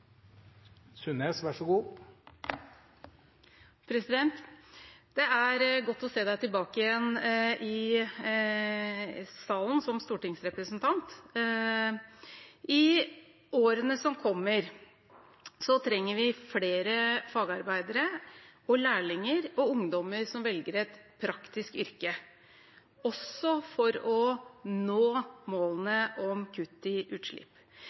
er godt å se deg tilbake i salen som stortingsrepresentant! I årene som kommer, trenger vi flere fagarbeidere og lærlinger, og ungdommer som velger et praktisk yrke, også for å nå målene om kutt i